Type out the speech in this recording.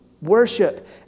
worship